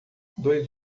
dois